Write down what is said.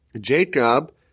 Jacob